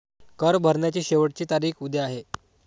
कर भरण्याची शेवटची तारीख उद्या आहे